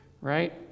right